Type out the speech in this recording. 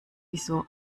wieso